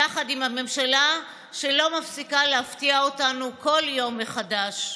יחד עם הממשלה שלא מפסיקה להפתיע אותנו כל יום מחדש.